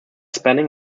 spanning